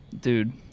Dude